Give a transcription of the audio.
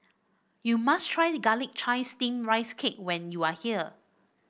you must try Garlic Chives Steamed Rice Cake when you are here